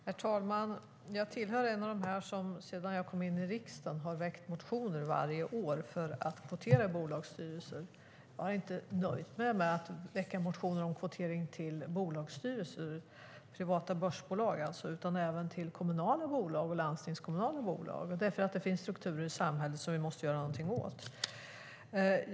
Herr talman! Jag är en av dem som varje år sedan riksdagsinträdet väckt motioner för kvotering i bolagsstyrelser. Jag har inte nöjt mig med bolagsstyrelser i privata börsbolag, utan har även väckt motioner om kvotering i kommunala bolag och landstingskommunala bolag. Det finns strukturer i samhället som vi måste göra någonting åt.